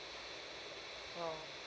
oh